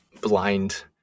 blind